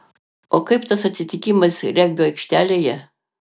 o kaip tas atsitikimas regbio aikštelėje